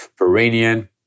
Peranian